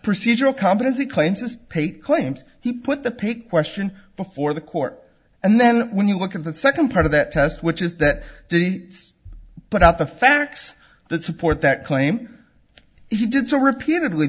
procedural competency claims this pay claims he put the pay question before the court and then when you look at the second part of that test which is that it's put out the facts that support that claim he did so repeatedly